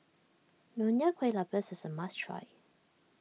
Nonya Kueh Lapis is a must try